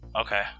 Okay